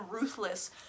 ruthless